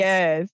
Yes